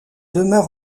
demeure